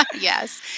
Yes